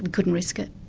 couldn't risk it.